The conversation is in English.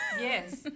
Yes